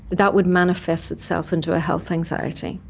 that would manifest itself into a health anxiety,